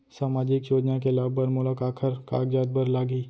सामाजिक योजना के लाभ बर मोला काखर कागजात बर लागही?